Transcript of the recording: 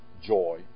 joy